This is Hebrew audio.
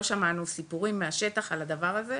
לא שמענו סיפורים מהשטח על הדבר הזה.